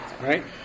right